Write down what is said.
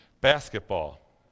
basketball